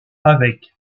avec